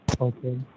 okay